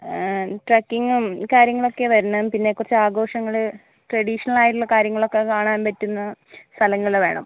ട്രക്കിങ്ങും കാര്യങ്ങളൊക്കെയാ വരണം പിന്നെ കുറച്ച് ആഘോഷങ്ങൾ ട്രഡീഷനൽ ആയിട്ടുള്ള കാര്യങ്ങളൊക്കെ കാണാൻ പറ്റുന്ന സ്ഥലങ്ങൾ വേണം